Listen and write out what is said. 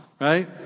right